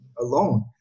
alone